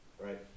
right